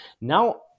Now